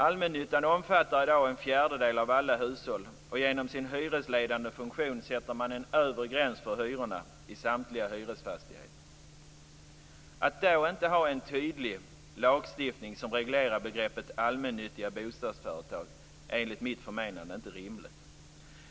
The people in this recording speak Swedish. Allmännyttan omfattar i dag en fjärdedel av alla hushåll, och genom sin hyresledande funktion sätter man en övre gräns för hyrorna i samtliga hyresfastigheter. Att då inte ha en tydlig lagstiftning som reglerar begreppet allmännyttiga bostadsföretag är enligt mitt förmenande inte rimligt.